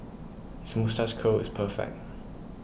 his moustache curl is perfect